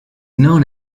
known